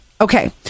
Okay